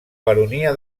baronia